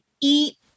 eat